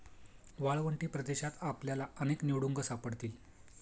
वाळवंटी प्रदेशात आपल्याला अनेक निवडुंग सापडतील